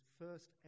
first